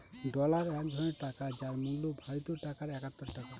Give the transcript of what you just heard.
dollar এক ধরনের টাকা যার মূল্য ভারতীয় টাকায় একাত্তর টাকা